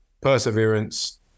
perseverance